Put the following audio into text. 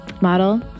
model